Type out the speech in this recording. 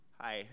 Hi